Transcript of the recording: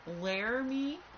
Laramie